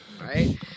Right